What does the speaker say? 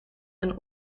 een